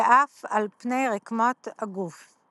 ואף על פני רקמות הגוף.